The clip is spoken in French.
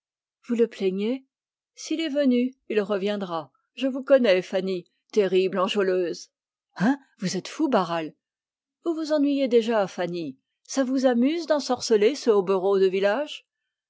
vous le plaignez s'il est venu il reviendra je vous connais fanny terrible enjôleuse hein vous êtes fou barral vous vous ennuyez déjà fanny ça vous amuse d'ensorceler ce hobereau de village